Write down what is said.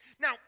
Now